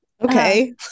Okay